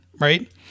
Right